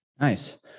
Nice